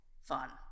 fun